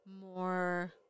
more